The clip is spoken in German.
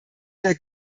der